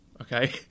Okay